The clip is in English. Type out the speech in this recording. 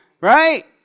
right